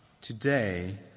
today